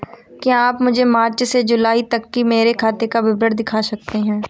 क्या आप मुझे मार्च से जूलाई तक की मेरे खाता का विवरण दिखा सकते हैं?